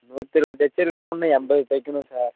நூற்றி இருபது தச்சுருக்கிறோம் இன்னும் எண்பது தைக்கணும் சார்